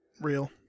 Real